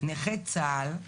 נכה צה"ל,